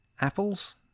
Apples